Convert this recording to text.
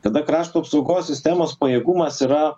tada krašto apsaugos sistemos pajėgumas yra